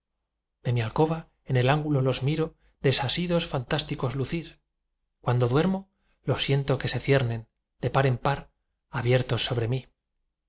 mi alcoba en el ángulo los miro desasidos fantásticos lucir cuando duermo los siento que se ciernen de par en par abiertos sobre mí